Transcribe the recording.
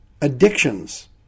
addictions